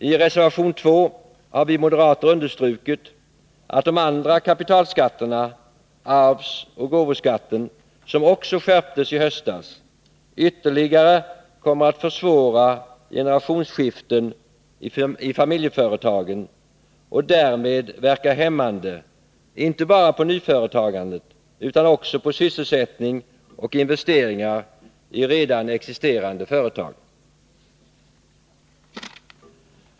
I reservation 2 har vi moderater understrukit att de andra kapitalskatterna, arvsoch gåvoskatten, som också skärptes i höstas, ytterligare kommer att försvåra generationsskiften i familjeföretagen och därmed verka hämmande inte bara på nyföretagandet utan också på sysselsättning och investeringar i redan existerande företag.